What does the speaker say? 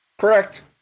Correct